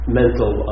mental